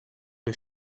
his